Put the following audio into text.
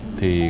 Thì